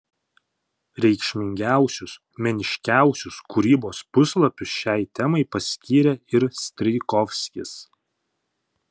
reikšmingiausius meniškiausius kūrybos puslapius šiai temai paskyrė ir strijkovskis